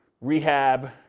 rehab